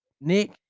Nick